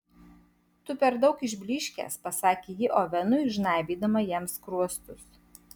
tu per daug išblyškęs pasakė ji ovenui žnaibydama jam skruostus